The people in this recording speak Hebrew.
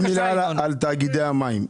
עוד מילה על תאגידי המים.